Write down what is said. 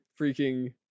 freaking